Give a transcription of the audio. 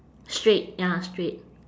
straight ya straight